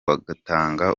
bagatanga